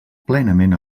plenament